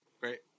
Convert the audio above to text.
Great